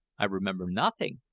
i remember nothing,